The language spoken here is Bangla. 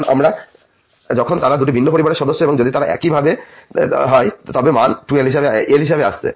যখন তারা দুটি ভিন্ন পরিবারের সদস্য এবং যদি তারা একই তবে মান l হিসাবে আসছে